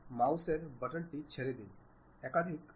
backside সংস্করণটি visible হবে না